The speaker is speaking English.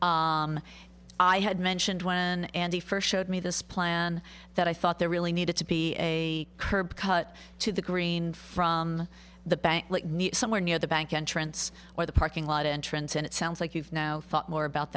i had mentioned when andy first showed me this plan that i thought there really needed to be a curb cut to the green from the bank somewhere near the bank entrance or the parking lot entrance and it sounds like you know more about